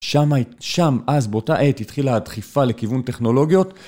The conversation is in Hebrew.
שם אז באותה עת התחילה הדחיפה לכיוון טכנולוגיות.